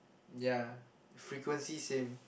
ya frequency same